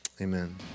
amen